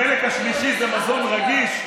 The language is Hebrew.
החלק השלישי זה מזון רגיש,